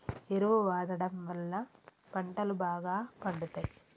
ఎరువు వాడడం వళ్ళ పంటలు బాగా పండుతయి